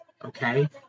Okay